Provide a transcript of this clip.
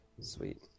Sweet